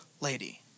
lady